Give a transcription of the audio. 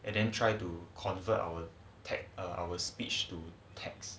and then try to convert our take our speech to text